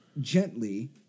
gently